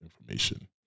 information